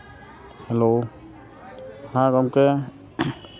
hello ᱦᱮᱸ ᱜᱚᱢᱠᱮ